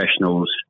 professionals